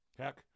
Heck